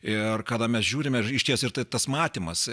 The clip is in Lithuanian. ir kada mes žiūrime ir išties tai tas matymas